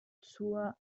zur